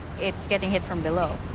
it's getting hit from below.